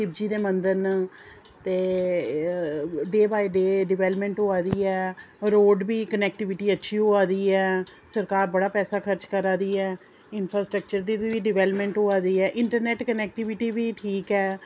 शिवजी दे मंदर न ते डे बाई डे डिवैल्पमैंट होआ दी ऐ रोड़ बी कनैक्टिविटी अच्छी होआ दी ऐ सरकार बड़ा पैसा खर्च करै दी ऐ इनफरास्ट्रक्चर दी बी डिवैल्पमैंट होऐ दी ऐ इंटरनैट्ट कनैक्टिविटी बी ठीक ऐ